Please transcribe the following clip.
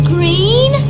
Green